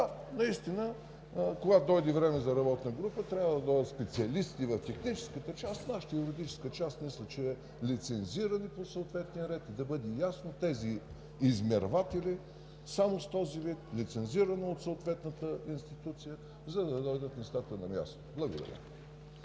наистина, когато дойде време за работна група, трябва да дойдат специалисти в техническата част. Нашата, юридическата част, мисля, че е лицензиране по съответния ред, и да бъде ясно: тези измерватели – само с този вид, лицензирани от съответната институция, за да дойдат нещата на място. Благодаря.